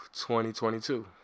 2022